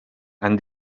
han